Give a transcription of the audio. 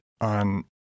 on